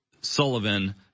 sullivan